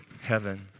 heaven